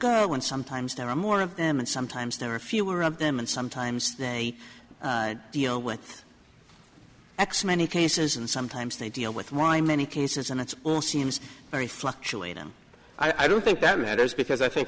go when sometimes there are more of them and sometimes there are fewer of them and sometimes they deal with x many cases and sometimes they deal with why many cases and it's very fluctuating i don't think that matters because i think